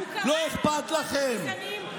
כי זה ערבים?